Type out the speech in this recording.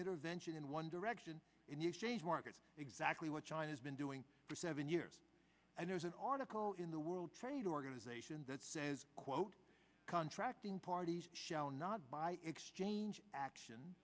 intervention in one direction in the exchange market exactly what china's been doing for seven years and there's an article in the world trade organization that says quote contracting parties shall not by exchange action